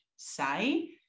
Say